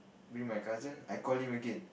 bring my cousin I call him again